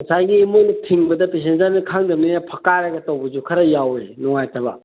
ꯉꯁꯥꯏꯒꯤ ꯃꯣꯏꯅ ꯐꯤꯡꯕꯗ ꯄꯦꯁꯦꯟꯖꯔꯅ ꯈꯪꯗꯕꯅꯤꯅ ꯐꯛꯀꯥꯏꯔꯒ ꯇꯧꯕꯁꯨ ꯈꯔ ꯌꯥꯎꯌꯦ ꯅꯨꯡꯉꯥꯏꯇꯕ